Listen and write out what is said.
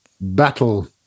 battle